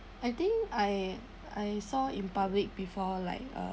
I think I I saw in public before like uh